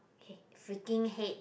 hate freaking hate